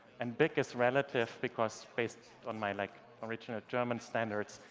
and big is relative because based on my like original german standards,